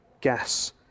gas